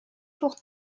pour